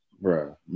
Bro